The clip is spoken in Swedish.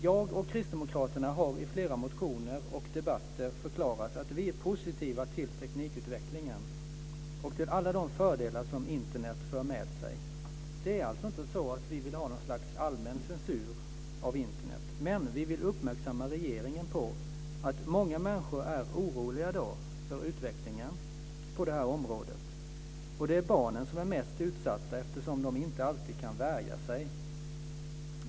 Jag och kristdemokraterna har i flera motioner och debatter förklarat att vi är positiva till teknikutvecklingen och till alla de fördelar som Internet för med sig. Det är alltså inte så att vi vill ha något slags allmän censur av Internet. Men vi vill uppmärksamma regeringen på att många människor i dag är oroliga för utvecklingen på det här området. Och det är barnen som är mest utsatta, eftersom de inte alltid kan värja sig.